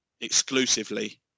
exclusively